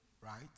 right